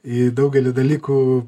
į daugelį dalykų